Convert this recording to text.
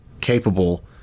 capable